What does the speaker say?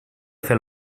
fer